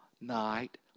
night